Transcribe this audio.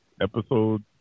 episode